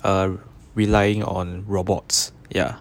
are relying on robots ya